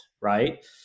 right